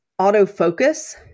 autofocus